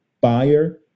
buyer